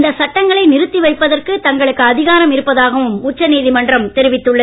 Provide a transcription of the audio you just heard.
இந்த சட்டங்களை நிறுத்தி வைப்பதற்கு தங்களுக்கு அதிகாரம் இருப்பதாகவும் உச்சநீதிமன்றம் தெரிவித்துள்ளது